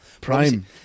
Prime